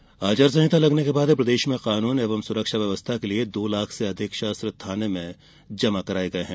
चुनाव कार्यवाही आचार संहिता लगने के बाद प्रदेश में कानून एवं सुरक्षा व्यवस्था के लिए दो लाख से अधिक शस्त्र थाने में जमा कराये गये है